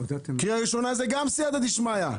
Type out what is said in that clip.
קריאה ראשונה זה גם סיעתא דשמיא.